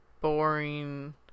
boring